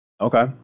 Okay